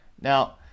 now